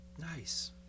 Nice